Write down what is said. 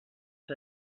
els